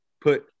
put